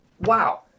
Wow